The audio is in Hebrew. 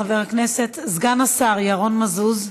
חבר הכנסת סגן השר ירון מזוז,